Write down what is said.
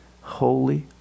holy